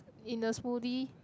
in the smoothie